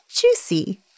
Juicy